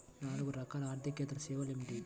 నాలుగు రకాల ఆర్థికేతర సేవలు ఏమిటీ?